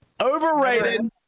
Overrated